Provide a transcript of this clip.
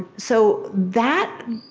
so that,